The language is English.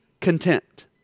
content